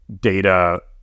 data